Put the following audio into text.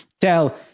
tell